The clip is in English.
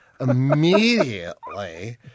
immediately